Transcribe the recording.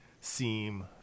seem